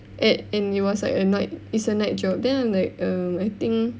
at and it was like a night it's a night job then I'm like um I think